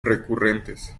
recurrentes